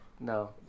No